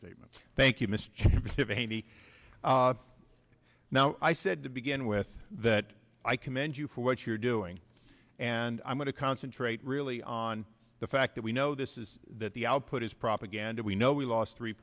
statement thank you mr chairman if any now i said to begin with that i commend you for what you're doing and i'm going to concentrate really on the fact that we know this is that the output is propaganda we know we lost three